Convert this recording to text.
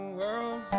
world